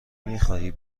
میخواهی